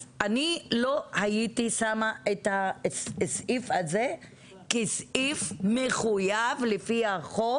אז אני לא הייתי שמה את הסעיף הזה כסעיף מחויב לפי החוק